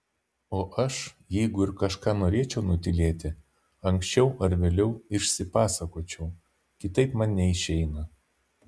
o aš jeigu ir kažką norėčiau nutylėti anksčiau ar vėliau išsipasakočiau kitaip man neišeina